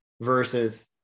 versus